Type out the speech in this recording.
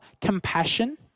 compassion